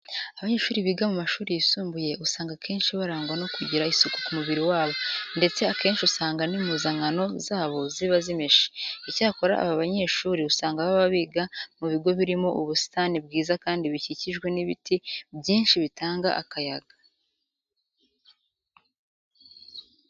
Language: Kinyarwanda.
Abanyeshuri biga mu mashuri yisumbuye usanga akenshi barangwa no kugira isuku ku mubiri wabo, ndetse akenshi usanga n'impuzankano zabo ziba zimeshe. Icyakora aba banyeshuri usanga baba biga mu bigo birimo ubusitani bwiza kandi bikikijwe n'ibiti byinshi bitanga akayaga.